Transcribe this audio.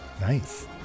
Nice